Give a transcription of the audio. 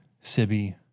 Sibby